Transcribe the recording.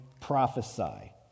prophesy